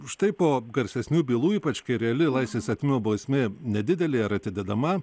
štai po garsesnių bylų ypač kai reali laisvės atėmimo bausmė nedidelė ar atidedama